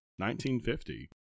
1950